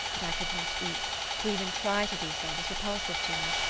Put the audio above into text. but i could not eat to even try to do so was repulsive to me,